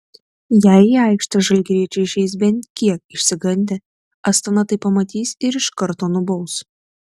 jei į aikštę žalgiriečiai išeis bent kiek išsigandę astana tai pamatys ir iš karto nubaus